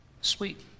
Sweet